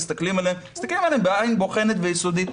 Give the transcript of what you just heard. אנחנו מסתכלים עליהם בעין בוחנת ויסודית.